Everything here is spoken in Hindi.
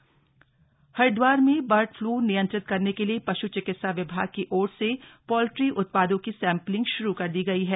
बर्ड फ्लू हरिद्वार हरिद्वार में बर्ड फ्लू नियंत्रित करने के लिए पश् चिकित्सा विभाग की ओर से पोल्ट्री उत्पादों की सैंपलिंग श्रू कर दी गयी है